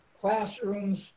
classrooms